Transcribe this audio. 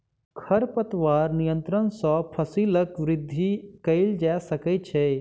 खरपतवार नियंत्रण सॅ फसीलक वृद्धि कएल जा सकै छै